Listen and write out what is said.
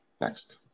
next